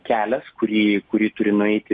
kelias į kurį turi nueiti